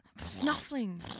Snuffling